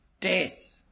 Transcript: death